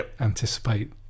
anticipate